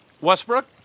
Westbrook